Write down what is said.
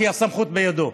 כי הסמכות בידו.